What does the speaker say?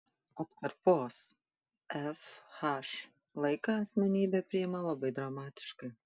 atkarpos fh laiką asmenybė priima labai dramatiškai